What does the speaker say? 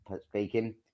speaking